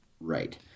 Right